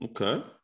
Okay